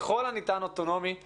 ככל הניתן אוטונומי להורים,